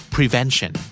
Prevention